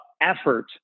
effort